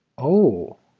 oh,